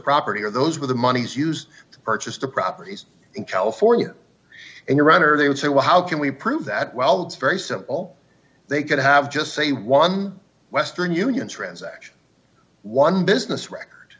property or those with the monies used to purchase the properties in california in iran or they would say well how can we prove that well it's very simple they could have just say one western union transaction one business record